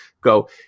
go